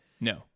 No